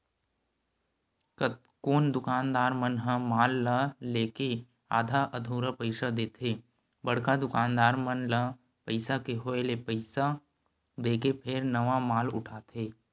कतकोन दुकानदार मन ह माल ल लेके आधा अधूरा पइसा देथे बड़का दुकानदार मन ल पइसा के होय ले पइसा देके फेर नवा माल उठाथे